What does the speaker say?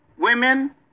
Women